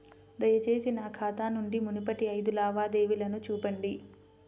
దయచేసి నా ఖాతా నుండి మునుపటి ఐదు లావాదేవీలను చూపండి